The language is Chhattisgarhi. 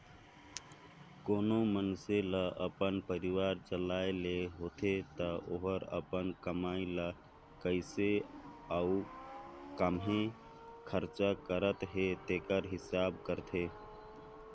कोनो मइनसे ल अपन परिवार चलाए ले होथे ता ओहर अपन कमई ल कइसे अउ काम्हें खरचा करना हे तेकर हिसाब करथे